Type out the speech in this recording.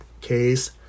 case